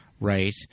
Right